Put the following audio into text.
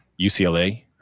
UCLA